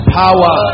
power